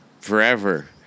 forever